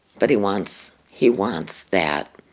but he wants he wants that